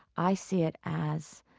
i see it as